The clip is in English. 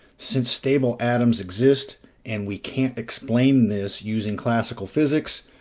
since stable atoms exist and we can't explain this using classical physics,